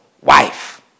wife